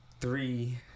Three